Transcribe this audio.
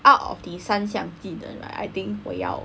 out of the 三项技能 right I think 我要